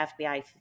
FBI